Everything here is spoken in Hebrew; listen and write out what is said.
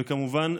וכמובן,